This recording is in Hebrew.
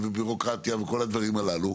ביורוקרטיה וכל הדברים הללו.